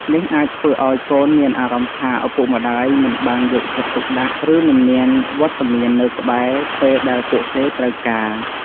នេះអាចធ្វើឱ្យកូនមានអារម្មណ៍ថាឪពុកម្ដាយមិនបានយកចិត្តទុកដាក់ ឬមិនមានវត្តមាននៅក្បែរពេលដែលពួកគេត្រូវការ។